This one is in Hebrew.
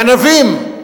גנבים,